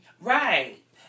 Right